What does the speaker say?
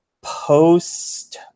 post